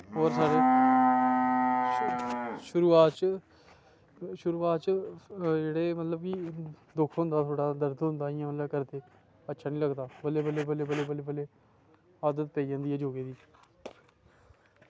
होर साढ़े शुरूआत च जेह्ड़े मतलब कि दुक्ख होंदा दर्द होंदा मतलब की करदे अच्छा निं लगदा बल्लें बल्लें बल्लें आदत पेई जंदी ऐ योगा दी